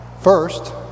First